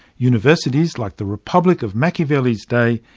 universities, like the republics of machiavelli's day,